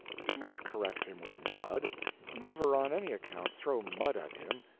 do not correct him with mud never, on any account, throw mud at him,